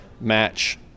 match